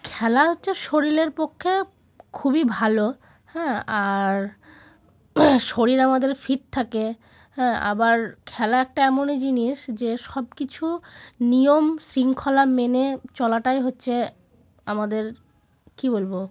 খেলা হচ্ছে শরীরের পক্ষে খুবই ভালো হ্যাঁ আর শরীর আমাদের ফিট থাকে হ্যাঁ আবার খেলা একটা এমনই জিনিস যে সব কিছু নিয়ম শৃঙ্খলা মেনে চলাটাই হচ্ছে আমাদের কী বলব